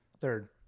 Third